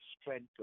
strength